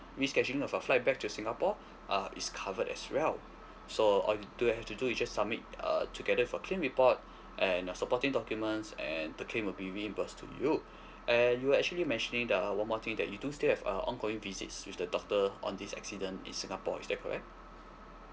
rescheduling of your flight back to singapore uh it's covered as well so all do you have to do is just submit uh together with your claim report and uh supporting documents and the claim will be reimbursed to you and you're actually mentioning there are one more thing that you do still have uh ongoing visits with the doctor on this accident in singapore is that correct